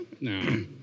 No